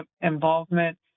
involvement